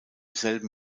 selben